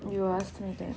you ask me that